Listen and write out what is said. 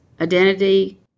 identity